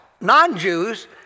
non-Jews